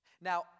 Now